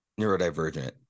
neurodivergent